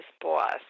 boss